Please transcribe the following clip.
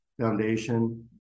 foundation